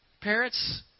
parents